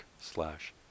slash